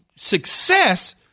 success